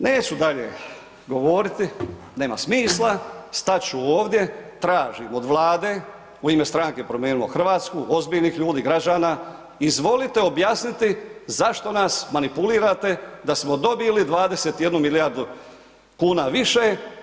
Neću dalje govoriti, nema smisla, stat ću ovdje, tražim od Vlade, u ime stranke Promijenimo Hrvatsku, ozbiljnih ljudi, građana, izvolite objasniti zašto nas manipulirate da smo dobili 21 milijardu kuna više?